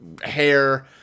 hair